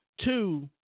Two